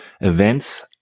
events